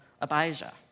Abijah